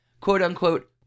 quote-unquote